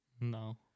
No